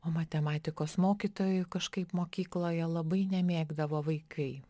o matematikos mokytojų kažkaip mokykloje labai nemėgdavo vaikai